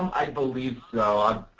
i believe so.